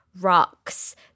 rocks